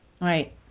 Right